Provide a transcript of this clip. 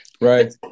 Right